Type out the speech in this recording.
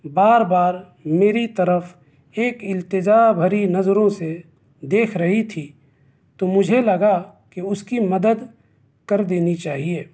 وہ عورت بار بار میری طرف ایک التجا بھری نظروں سے دیکھ رہی تھی تو مجھے لگا کہ اس کی مدد کر دینی چاہیے